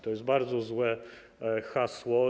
To jest bardzo złe hasło.